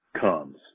comes